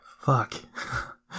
Fuck